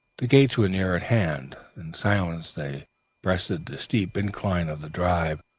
the gates were near at hand in silence they breasted the steep incline of the drive,